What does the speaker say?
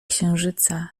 księżyca